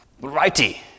righty